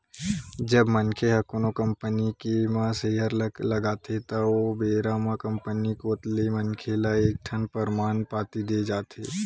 जब मनखे ह कोनो कंपनी के म सेयर ल लगाथे त ओ बेरा म कंपनी कोत ले मनखे ल एक ठन परमान पाती देय जाथे